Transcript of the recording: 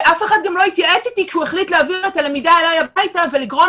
ואף אחד גם לא התייעץ איתי כשהוא החליט להעביר את הלמידה אלי הביתה ולגרום